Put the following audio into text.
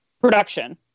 production